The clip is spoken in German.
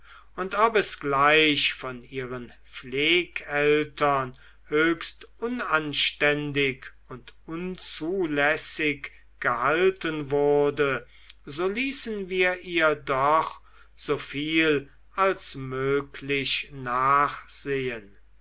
und ob es gleich von ihren pflegeeltern höchst unanständig und unzulässig gehalten wurde so ließen wir ihr doch soviel als möglich nachsehen